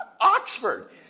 Oxford